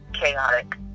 chaotic